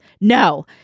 no